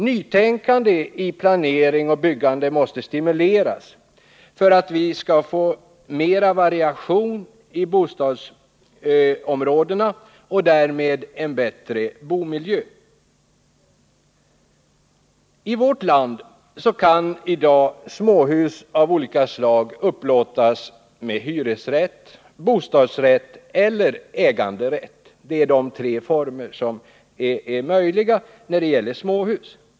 Nytänkande i planering och byggande måste stimuleras för att vi skall få mera variation i bostadsområdena och därmed en bättre bomiljö. I vårt land kan i dag småhus av olika slag upplåtas med hyresrätt, bostadsrätt eller äganderätt. Det är de former som är möjliga när det gäller småhus.